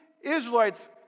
Israelites